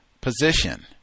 position